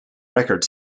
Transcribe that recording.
record